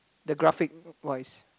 the graphic wise